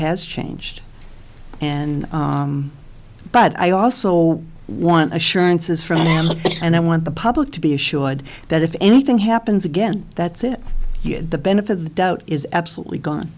has changed and but i also want assurances from them and i want the public to be assured that if anything happens again that's it the benefit of the doubt is absolutely gone